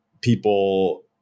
people